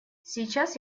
сейчас